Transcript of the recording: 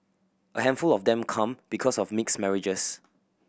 a handful of them come because of mixed marriages